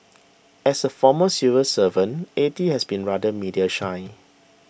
as a former civil servant A T has been rather media shy